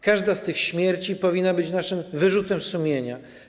Każda z tych śmierci powinna być naszym wyrzutem sumienia.